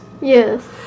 Yes